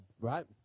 right